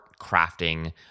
crafting